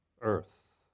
earth